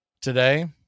today